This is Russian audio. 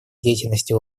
деятельности